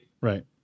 Right